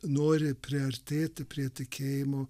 nori priartėti prie tikėjimo